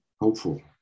hopeful